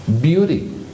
beauty